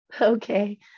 Okay